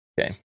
Okay